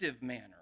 manner